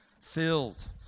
filled